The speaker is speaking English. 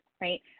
Right